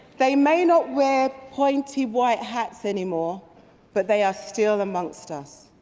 they may not wear pointy white hats anymore but they are still amongst us.